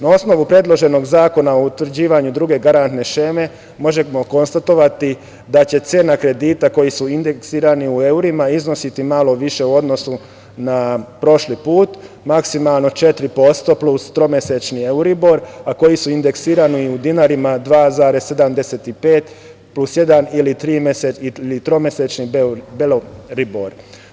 Na osnovu predloženog Zakona o utvrđivanju druge garantne šeme možemo konstatovati da će cena kredita koji su indeksirani u evrima iznositi malo više u odnosu na prošli put, maksimalno 4% plus tromesečni euribor, a koji su indeksirani u dinarima 2,75 plus jedan ili tromesečni belibor.